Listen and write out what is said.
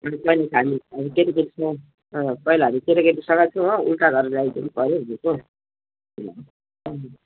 पहिला त हामी केटाकेटीसँग अँ पहिला हामी केटाकेटीसँग छौँ हो उल्टा घर गइदिनु पर्यो भनेको अँ अँ